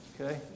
Okay